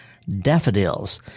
Daffodils